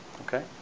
Okay